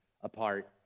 apart